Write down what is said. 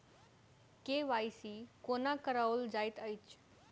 KYC कोना कराओल जाइत अछि?